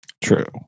True